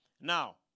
now